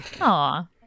Aw